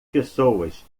pessoas